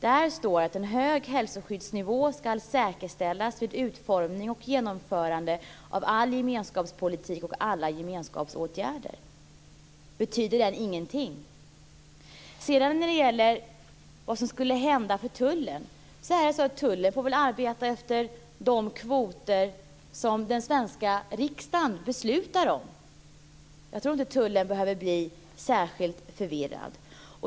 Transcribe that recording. Där står att en hög hälsoskyddsnivå ska säkerställas vid utformning och genomförande av all gemenskapspolitik och alla gemenskapsåtgärder. Betyder den ingenting? När det sedan gäller vad som skulle hända för tullen är det så att tullen får tillämpa de kvoter som den svenska riksdagen beslutar om. Jag tror inte att man vid tullen behöver bli särskild förvirrad.